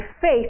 faith